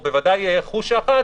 או בוודאי חושה אחת,